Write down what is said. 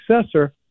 successor